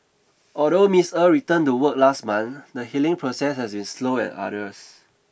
although Miss Er returned to work last month the healing process has been slow and arduous